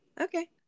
Okay